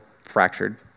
fractured